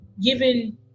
given